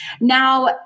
Now